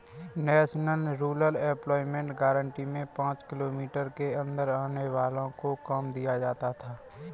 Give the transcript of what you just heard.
national rural employment guarantee में पांच kilometre के अंदर आने वालो को काम दिया जाता था